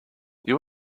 you